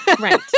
Right